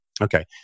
Okay